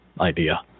idea